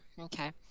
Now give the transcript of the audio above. okay